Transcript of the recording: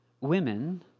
women